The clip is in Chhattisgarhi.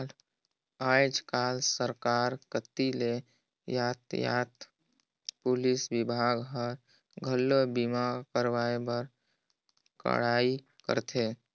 आयज कायज सरकार कति ले यातयात पुलिस विभाग हर, घलो बीमा करवाए बर कड़ाई करथे